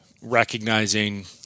recognizing